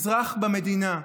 אזרח במדינה,